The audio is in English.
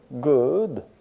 good